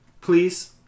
please